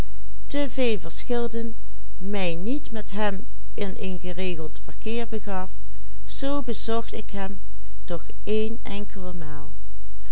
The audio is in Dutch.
in een geregeld verkeer begaf zoo bezocht ik hem toch een enkele maal